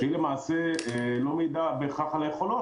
-- שהיא למעשה לא מעידה בהכרח על היכולות,